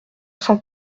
cent